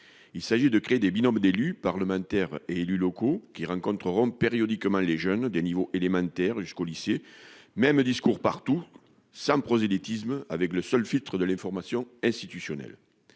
Il s'agit de créer des binômes d'élus parlementaires et élus locaux qui rencontreront périodiquement les jeunes de niveau élémentaire jusqu'au lycée. Même discours partout sans prosélytisme avec le seul filtre de l'information institutionnelle.